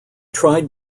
tried